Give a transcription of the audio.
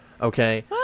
Okay